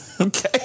Okay